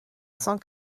cent